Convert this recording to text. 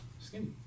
skinny